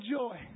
joy